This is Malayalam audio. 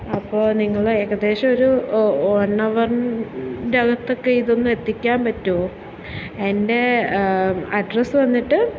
അപ്പോൾ നിങ്ങൾ ഏകദേശം ഒരു വൺ അവറിൻ്റെ അകത്തൊക്കെ ഇതൊന്ന് എത്തിക്കാൻ പറ്റുമോ എൻ്റെ അഡ്രസ്സ് വന്നിട്ട്